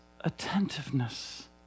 attentiveness